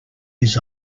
his